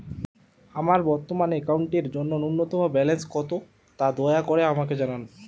আমার বর্তমান অ্যাকাউন্টের জন্য ন্যূনতম ব্যালেন্স কত তা দয়া করে আমাকে জানান